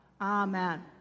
Amen